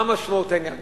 מה משמעות העניין?